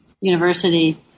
University